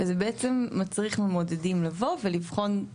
וזה בעצם מצריך ממודדים לבוא ולבחון,